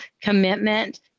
commitment